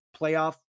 playoff